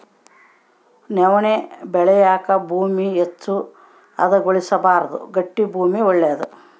ನವಣೆ ಬೆಳೆಯಾಕ ಭೂಮಿ ಹೆಚ್ಚು ಹದಗೊಳಿಸಬಾರ್ದು ಗಟ್ಟಿ ಭೂಮಿ ಒಳ್ಳೇದು